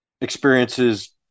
experiences